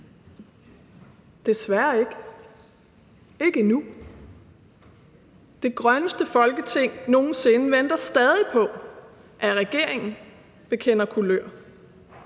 Desværre ikke – ikke endnu. Kl. 13:05 Det grønneste Folketing nogen sinde venter stadig på, at regeringen bekender kulør,